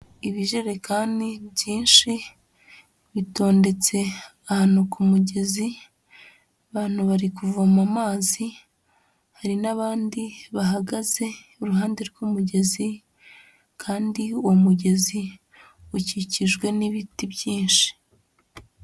Ibijerekani byinshi bitondetse ahantu ku mugezi, abantu bari kuvoma amazi, hari n'abandi bahagaze iruhande rw'umugezi kandi uwo mugezi ukikijwe n'ibiti byinshi.